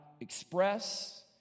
express